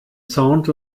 sound